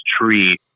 tree